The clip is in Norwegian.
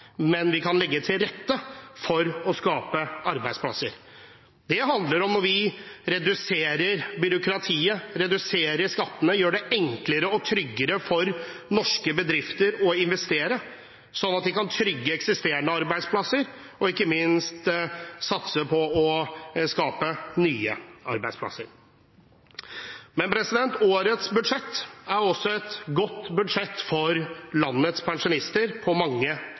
men vi kan legge til rette for å skape arbeidsplasser. Det handler om at vi reduserer byråkratiet, reduserer skattene, gjør det enklere og tryggere for norske bedrifter å investere, sånn at de kan trygge eksisterende arbeidsplasser og ikke minst satse på å skape nye arbeidsplasser. Men årets budsjett er også et godt budsjett for landets pensjonister på mange